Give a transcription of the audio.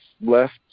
left